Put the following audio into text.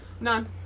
None